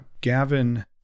Gavin